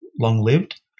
long-lived